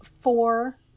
four